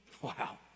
Wow